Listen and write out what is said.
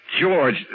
George